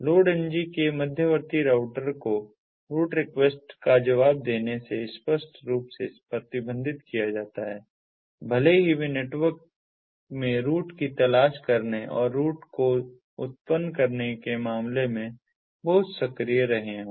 LOADng के मध्यवर्ती router को रूट रिक्वेस्ट का जवाब देने से स्पष्ट रूप से प्रतिबंधित किया जाता है भले ही वे नेटवर्क में रूट की तलाश करने और रूट को उत्पन्न करने के मामले में बहुत सक्रिय रहे हों